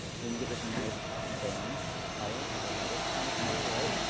and then you get this nice band of color. it's, like, a reddish kind of color right? yeah